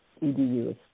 E-D-U